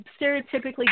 stereotypically